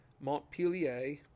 Montpelier